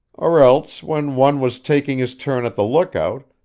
or else, when one was taking his turn at the lookout,